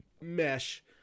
mesh